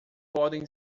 podem